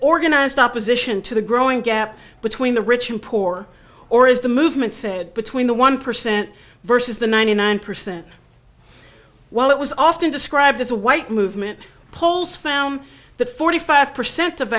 organized opposition to the growing gap between the rich and poor or is the movement said between the one percent versus the ninety nine percent while it was often described as a white movement polls found that forty five percent of